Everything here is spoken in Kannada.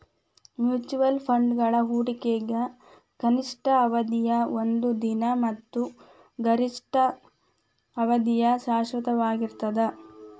ಮ್ಯೂಚುಯಲ್ ಫಂಡ್ಗಳ ಹೂಡಿಕೆಗ ಕನಿಷ್ಠ ಅವಧಿಯ ಒಂದ ದಿನ ಮತ್ತ ಗರಿಷ್ಠ ಅವಧಿಯ ಶಾಶ್ವತವಾಗಿರ್ತದ